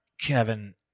Kevin